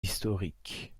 historique